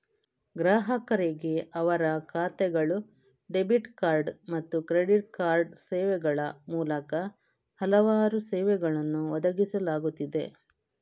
ಗ್ರಾಹಕರಿಗೆ ಅವರ ಖಾತೆಗಳು, ಡೆಬಿಟ್ ಕಾರ್ಡ್ ಮತ್ತು ಕ್ರೆಡಿಟ್ ಕಾರ್ಡ್ ಸೇವೆಗಳ ಮೂಲಕ ಹಲವಾರು ಸೇವೆಗಳನ್ನು ಒದಗಿಸಲಾಗುತ್ತಿದೆ